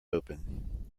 open